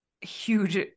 huge